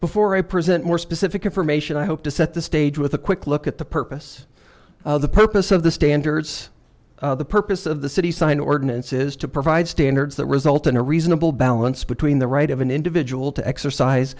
before i present more specific information i hope to set the stage with a quick look at the purpose of the purpose of the standards the purpose of the city sign ordinance is to provide standards that result in a reasonable balance between the right of an individual to exercise